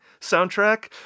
soundtrack